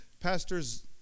pastors